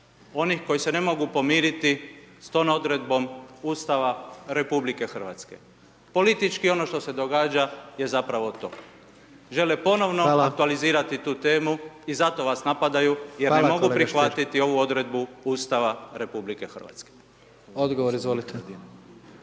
onih koji se ne mogu pomiriti s tom odredbom Ustava RH. Politički ono što se događa je zapravo to, žele ponovno aktualizirati tu temu i zato vas napadaju …/Upadica predsjednik: Hvala